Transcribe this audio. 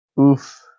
Oof